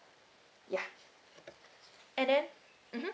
ya and then mmhmm